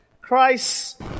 Christ